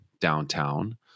downtown